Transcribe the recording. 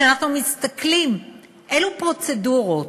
כשאנחנו מסתכלים אילו פרוצדורות,